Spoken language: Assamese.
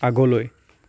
আগলৈ